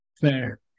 Fair